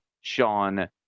Sean